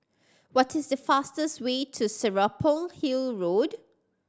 what is the fastest way to Serapong Hill Road